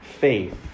faith